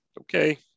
okay